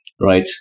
right